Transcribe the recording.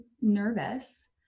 nervous